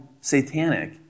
satanic